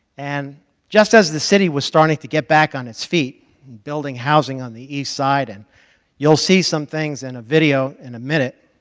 and just as the city was starting to get back on its feet and building housing on the east side and you'll see some things in a video in a minute